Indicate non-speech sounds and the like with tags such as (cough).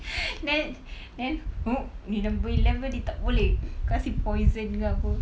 (noise) then then ni number eleven ni tak boleh kasi poison ke apa